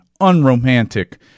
unromantic